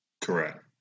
Correct